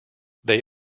they